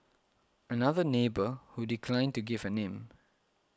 another neighbour who declined to give her name